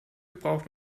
braucht